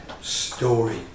story